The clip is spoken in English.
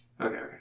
Okay